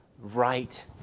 right